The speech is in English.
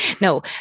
No